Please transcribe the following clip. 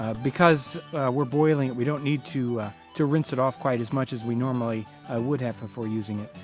ah because we're boiling it, we don't need to to rinse it off quite as much as we normally would have before using it.